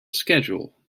schedule